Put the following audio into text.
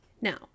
Now